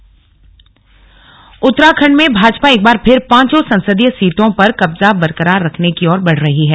उत्तराखंड पांच सीट उत्तराखंड में भाजपा एक बार फिर पांचों संसदीय सीटों पर कब्जा बरकरार रखने की ओर बढ़ रही है